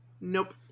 Nope